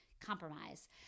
compromise